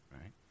right